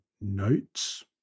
notes